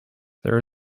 there